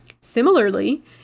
similarly